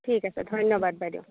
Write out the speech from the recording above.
ঠিক আছে ধন্যবাদ বাইদ'